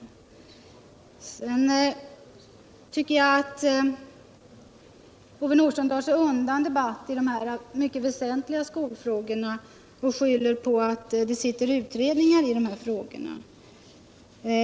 Jag tycker att Ove Nordstrandh drar sig undan debatt i dessa mycket väsentliga skolfrågor genom att skylla på sittande utredningar.